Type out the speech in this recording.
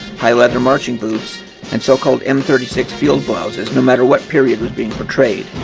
high leather marching boots and so-called m three six field blouses no matter what period was being portrayed.